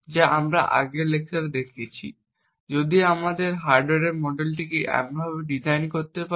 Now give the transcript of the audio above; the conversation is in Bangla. যা আমরা আগের লেকচারে দেখেছি যদি আমরা আমাদের হার্ডওয়্যার মডেলটিকে এমনভাবে ডিজাইন করতে পারি